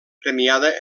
premiada